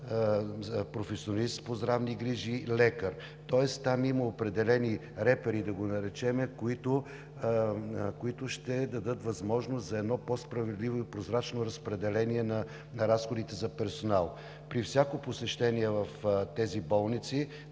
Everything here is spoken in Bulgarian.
професионалист по здравни грижи и лекар. Тоест там има определени репери, да ги наречем, които ще дадат възможност за едно по-справедливо и прозрачно разпределение на разходите за персонал. При всяко посещение в тези болници